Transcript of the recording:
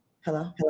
hello